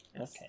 Okay